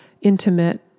intimate